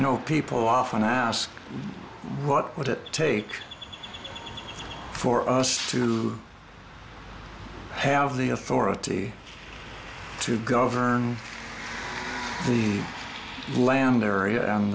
you know people often ask what would it take for us to have the authority to govern the land area and